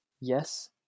Yes